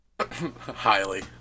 Highly